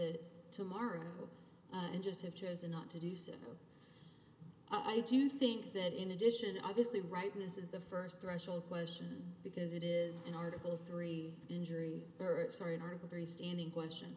it tomorrow and just have chosen not to do so i do think that in addition obviously right this is the first threshold question because it is an article three injury birds are an article very stinging question